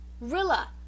Rilla